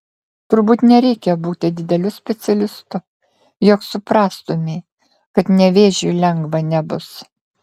turbūt nereikia būti dideliu specialistu jog suprastumei kad nevėžiui lengva nebus